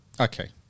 Okay